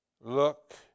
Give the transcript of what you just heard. look